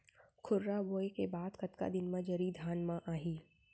खुर्रा बोए के बाद कतका दिन म जरी धान म आही?